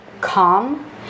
calm